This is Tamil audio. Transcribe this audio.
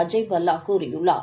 அஜய் பல்லா கூறியுள்ளார்